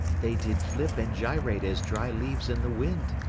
they did flip and gyrate as dry leaves in the wind.